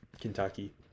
Kentucky